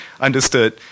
understood